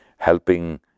helping